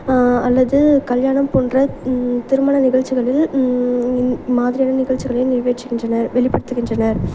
அல்லது கல்யாணம் போன்ற திருமண நிகழ்ச்சிகளில் இன் மாதிரியான நிகழ்ச்சிகளை நிகழ்ச்சிகின்றனர் வெளிப்படுத்துகின்றனர்